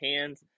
hands